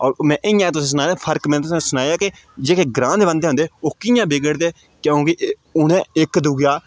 होर में इ'यां तुसें सनाया फर्क में तुसें सनाया ऐ कि जेह्के ग्रांऽ दे बन्दे होदे ओह् कि'यां बिगड़दे क्योंकि उ'नें इक दूऐ